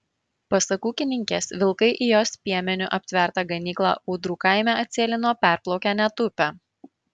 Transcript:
pasak ūkininkės vilkai į jos piemeniu aptvertą ganyklą ūdrų kaime atsėlino perplaukę net upę